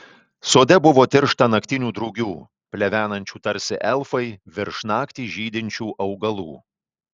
sode buvo tiršta naktinių drugių plevenančių tarsi elfai virš naktį žydinčių augalų